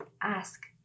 ask